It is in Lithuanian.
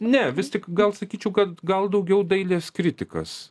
ne vis tik gal sakyčiau kad gal daugiau dailės kritikas